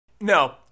No